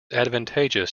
advantageous